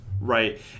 Right